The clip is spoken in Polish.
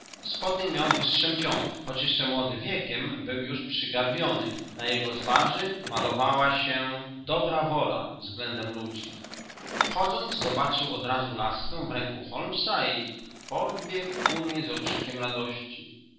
spodnie miał wystrzępione choć jeszcze młody wiekiem był już przygarbiony na jego twarzy malowała się dobra wola względem ludzi wchodząc zobaczył odrazu laskę w ręku holmesa i podbiegł ku niej z okrzykiem radości